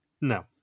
No